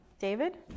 David